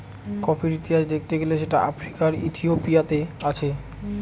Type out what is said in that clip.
কফির ইতিহাস দেখতে গেলে সেটা আফ্রিকার ইথিওপিয়াতে আছে